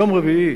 יום רביעי,